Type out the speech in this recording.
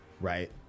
right